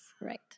Right